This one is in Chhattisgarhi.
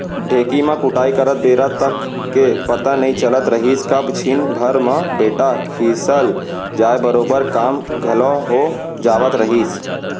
ढेंकी म कुटई करत बेरा तक के पता नइ चलत रहिस कब छिन भर म बेटा खिसल जाय बरोबर काम घलौ हो जावत रहिस